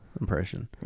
impression